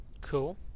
Cool